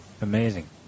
amazing